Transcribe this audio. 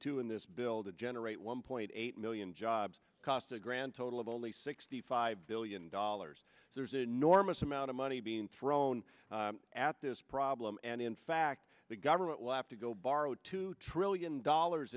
two in this building generate one point eight million jobs cost a grand total of only sixty five billion dollars so there's enormous amount of money being thrown at this problem and in fact the government will have to go borrow two trillion dollars